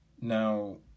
Now